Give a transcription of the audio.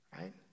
Right